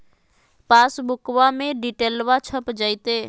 पासबुका में डिटेल्बा छप जयते?